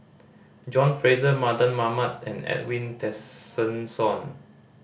John Fraser Mardan Mamat and Edwin Tessensohn